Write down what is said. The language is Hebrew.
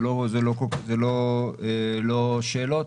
לא שאלות,